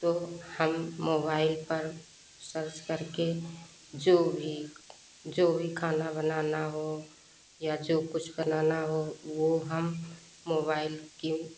तो हम मोबाइल पर सर्च करके जो भी जो भी खाना बनाना हो या जो कुछ बनाना हो वो हम मोबाइल की